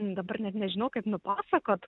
dabar net nežinau kaip nupasakot